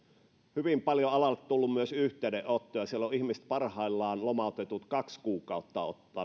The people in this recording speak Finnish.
hyvin paljon alalta on tullut myös yhteydenottoja siellä ovat lomautetut ihmiset parhaillaan kaksi kuukautta odottaneet